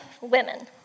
women